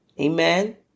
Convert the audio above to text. Amen